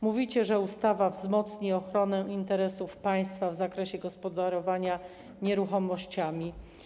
Mówicie, że ustawa wzmocni ochronę interesów państwa w zakresie gospodarowania nieruchomościami.